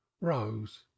Rose